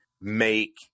make